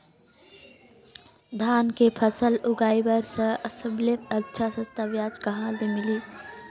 धान के फसल उगाई बार सबले अच्छा सस्ता ब्याज कहा ले मिलही?